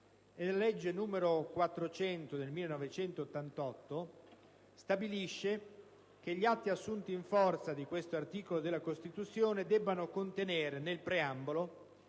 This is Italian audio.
La legge n. 400 del 1988 stabilisce poi che gli atti assunti in forza di questo articolo della Costituzione debbano contenere nel preambolo